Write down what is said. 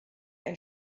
ein